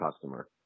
customer